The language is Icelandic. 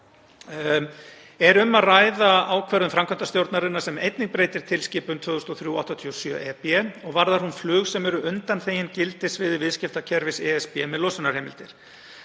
er um að ræða ákvörðun framkvæmdastjórnarinnar sem einnig breytir tilskipun 2003/87/EB og varðar hún flug sem eru undanþegin gildissviði viðskiptakerfis ESB með losunarheimildir.